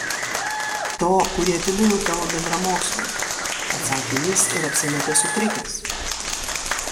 to kurį atidaviau tavo bendramoksliui atsakė jis ir apsimetė sutrikęs